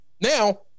Now